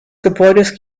gebäudes